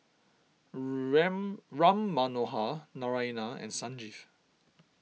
Ram Ram Manohar Naraina and Sanjeev